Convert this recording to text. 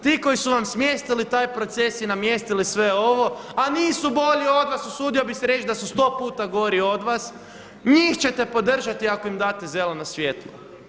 Ti koji su vam smjestili taj proces i namjestili sve ovo, a nisu bolji od vas usudio bih se reći da su sto puta gori od vas, njih ćete podržati ako im date zeleno svjetlo.